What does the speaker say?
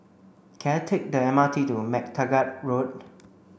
can I take the M R T to MacTaggart Road